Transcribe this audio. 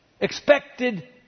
expected